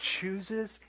chooses